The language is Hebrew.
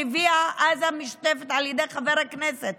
שהביאה אז המשותפת על ידי חברי הכנסת